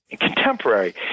contemporary